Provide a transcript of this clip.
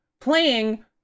playing